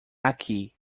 aqui